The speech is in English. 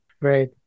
right